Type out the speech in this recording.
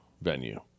venue